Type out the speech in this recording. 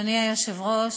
אדוני היושב-ראש,